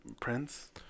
Prince